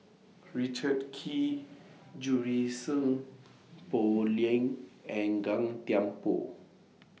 Richard Kee Junie Sng Poh Leng and Gan Thiam Poh